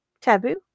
taboo